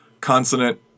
consonant